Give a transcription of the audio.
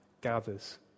gathers